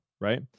right